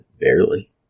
barely